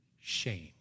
Shame